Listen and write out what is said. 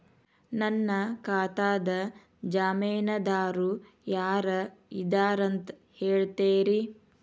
ನನ್ನ ಖಾತಾದ್ದ ಜಾಮೇನದಾರು ಯಾರ ಇದಾರಂತ್ ಹೇಳ್ತೇರಿ?